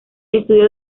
estudió